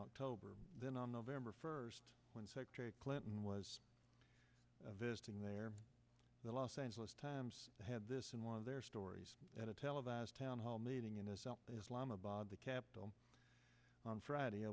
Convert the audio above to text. october then on november first when secretary clinton was visiting there the los angeles times had this in one of their stories at a televised town hall meeting in islam about the capitol on friday a